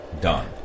Done